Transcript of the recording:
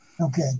Okay